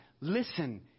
listen